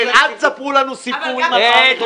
אל תספרו לנו סיפורים על ביטחון.